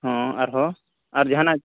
ᱦᱚᱸ ᱟᱨᱦᱚᱸ ᱟᱨ ᱡᱟᱦᱟᱱᱟᱜ